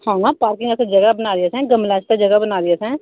आं पॉर्किंग आस्तै जगहा बनाई दी असें गमलें आस्तै जगहा बनाई दी असें